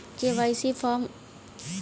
KYC form online भरा सकला की ना?